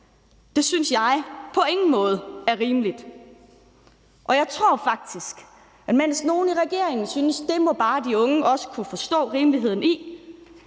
Det synes jeg på ingen måde er rimeligt, og jeg tror faktisk, at mens nogle i regeringen synes, at det må de unge bare også kunne forstå rimeligheden i,